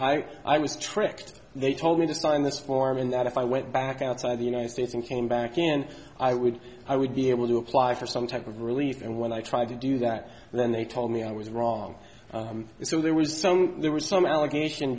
departure i was tricked they told me to sign this form and that if i went back outside the united states and came back in i would i would be able to apply for some type of relief and when i tried to do that then they told me i was wrong so there was some there was some allegation